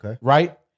Right